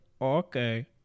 Okay